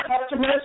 customers